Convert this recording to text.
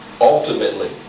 Ultimately